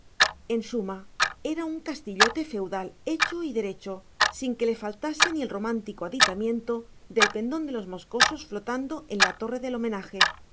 en suma era un castillote feudal hecho y derecho sin que le faltase ni el romántico aditamento del pendón de los moscosos flotando en la torre del homenaje